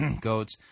goats